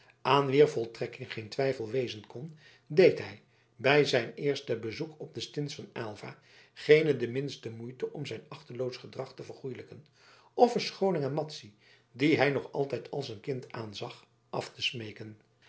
aan wier voltrekking geen twijfel wezen kon deed hij bij zijn eerste bezoek op de stins van aylva geene de minste moeite om zijn achteloos gedrag te vergoelijken of verschooning aan madzy die hij nog altijd als een kind aanzag af te smeeken